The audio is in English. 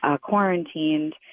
quarantined